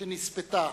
שנספתה